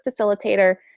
facilitator